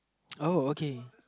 oh okay